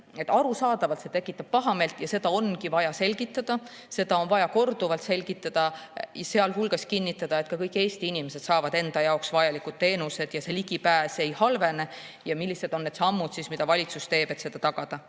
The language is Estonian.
Arusaadavalt tekitab see pahameelt ja seda ongi vaja selgitada. Seda on vaja korduvalt selgitada, sealhulgas kinnitada, et ka kõik Eesti inimesed saavad enda jaoks vajalikke teenuseid ja nende ligipääs ei halvene, ja selgitada, millised on need sammud, mida valitsus teeb, et seda tagada.